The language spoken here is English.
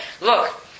Look